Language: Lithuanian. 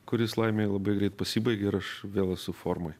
kuris laimei labai greit pasibaigė ir aš vėl esu formoj